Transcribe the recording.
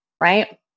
right